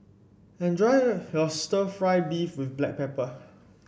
enjoy your stir fry beef with Black Pepper